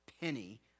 penny